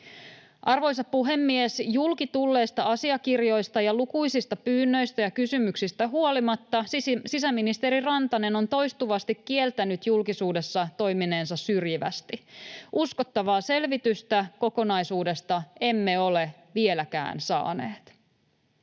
Arvoisa puhemies! Julki tulleista asiakirjoista ja lukuisista pyynnöistä ja kysymyksistä huolimatta sisäministeri Rantanen on toistuvasti kieltänyt julkisuudessa toimineensa syrjivästi. Uskottavaa selvitystä kokonaisuudesta emme ole vieläkään saaneet.